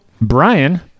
Brian